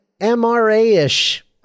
MRA-ish